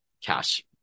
cash